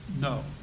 no